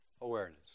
awareness